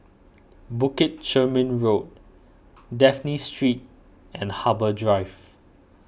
Bukit Chermin Road Dafne Street and Harbour Drive